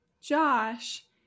Josh